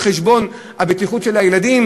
על חשבון הבטיחות של הילדים?